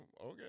okay